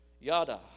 Yada